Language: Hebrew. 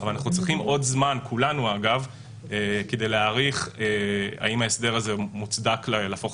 אבל אנחנו כולנו צריכים עוד זמן כדי להעריך האם ההסדר הזה מוצדק להפוך